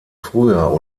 früher